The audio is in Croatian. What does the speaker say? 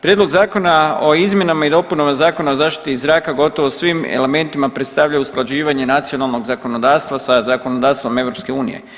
Prijedlog Zakona o izmjenama i dopunama Zakona o zaštiti zraka gotovo svim elementima predstavlja usklađivanje nacionalnog zakonodavstva sa zakonodavstvom EU.